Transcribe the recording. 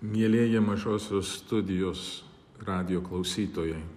mielieji mažosios studijos radijo klausytojai